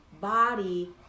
body